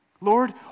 Lord